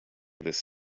this